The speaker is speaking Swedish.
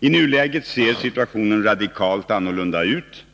I nuläget ser situationen radikalt annorlunda ut.